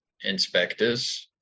inspectors